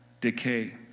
decay